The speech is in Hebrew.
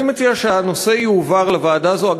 אני מציע שהנושא יועבר לוועדה הזאת.